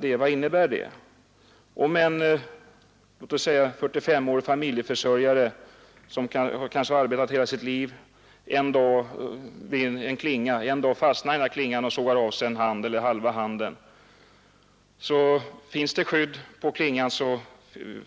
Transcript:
Om t.ex. en 4S5-årig familjeförsörjare, som arbetat hela sitt liv vid en sågklinga, en dag fastnar i klingan och skär av sig halva eller hela handen,